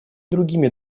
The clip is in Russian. другими